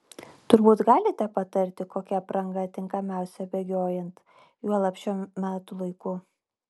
turbūt galite patarti kokia apranga tinkamiausia bėgiojant juolab šiuo metų laiku